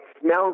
smells